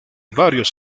varios